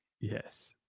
Yes